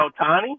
Otani